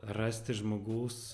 rasti žmogus